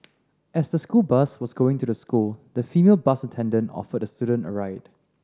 as the school bus was going to the school the female bus attendant offered the student a ride